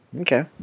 Okay